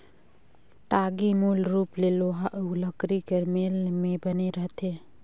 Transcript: टागी मूल रूप ले लोहा अउ लकरी कर मेल मे बने रहथे